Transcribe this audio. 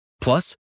Plus